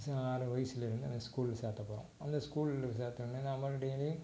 பசங்களை நாலு வயதுலேருந்து அந்த ஸ்கூலில் சேர்த்தப் போகிறோம் அந்த ஸ்கூலில் சேர்த்தொன்னே நான் பாட்டுக்கு டெய்லி